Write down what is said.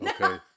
okay